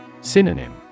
Synonym